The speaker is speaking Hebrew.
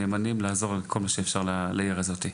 מאמצים גדולים ככל האפשר על מנת לעזור לעיר הזאת.